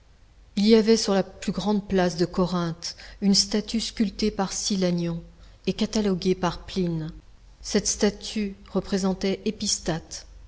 il y avait sur la plus grande place de corinthe une statue sculptée par silanion et cataloguée par pline cette statue représentait